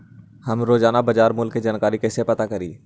हम रोजाना बाजार मूल्य के जानकारी कईसे पता करी?